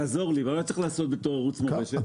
תעזור לי, במה הוא צריך לעסוק בתור ערוץ מורשת?